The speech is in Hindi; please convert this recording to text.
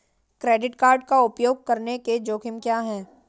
क्रेडिट कार्ड का उपयोग करने के जोखिम क्या हैं?